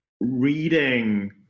reading